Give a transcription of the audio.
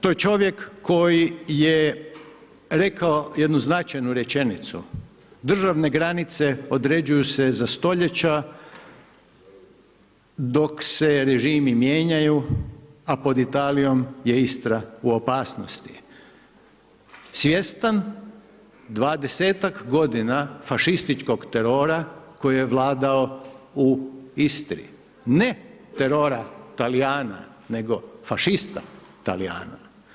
To je čovjek koji je rekao jednu značajnu rečenicu „Državne granice određuju se za stoljeća, dok se režimi mijenjaju, a pod Italijom je Istra u opasnosti“, svjestan 20-tak godina fašističkog terora koji je vladao u Istri, ne terora Talijana, nego fašista Talijana.